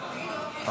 תודה רבה.